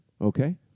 Okay